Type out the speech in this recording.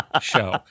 show